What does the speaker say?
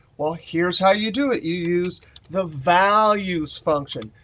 well, here's how you do it. you use the values function,